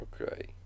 Okay